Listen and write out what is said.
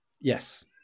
yes